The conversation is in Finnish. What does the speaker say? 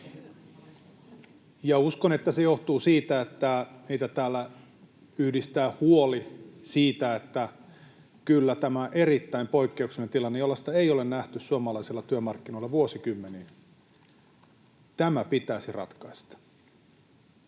ja uskon, että se johtuu siitä, että meitä täällä yhdistää huoli siitä, että kyllä tämä on erittäin poikkeuksellinen tilanne, jollaista ei ole nähty suomalaisilla työmarkkinoilla vuosikymmeniin. Tämä pitäisi ratkaista.